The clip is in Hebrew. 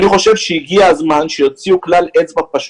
אני חושב שהגיע הזמן שיוציאו כלל אצבע פשוט.